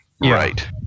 Right